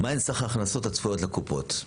מה הן סך ההכנסות הצפויות לקופות?